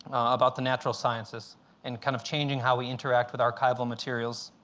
about the natural sciences and kind of changing how we interact with archival materials.